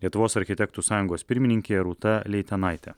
lietuvos architektų sąjungos pirmininkė rūta leitanaitė